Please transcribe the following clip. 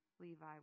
Levi